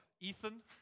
Ethan